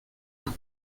las